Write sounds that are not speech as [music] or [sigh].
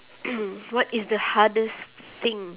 [noise] what is the hardest thing